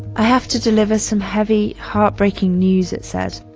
i have to deliver some heavy, heartbreaking news, it said.